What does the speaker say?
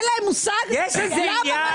אין להם מושג למה מנכ"ל --- יש איזה עניין,